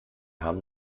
haben